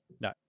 No